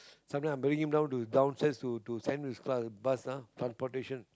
sometime I bring him down to downstairs to to sent his class bus ah transportation